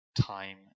time